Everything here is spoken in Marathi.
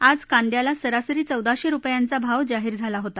आज कांद्याला सरासरी चौदाशे रुपयांचा भाव जाहीर झाला होता